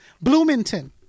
Bloomington